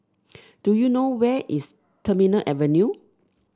do you know where is Terminal Avenue